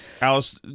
Alice